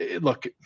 look